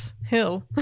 Hill